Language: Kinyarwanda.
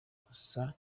gusa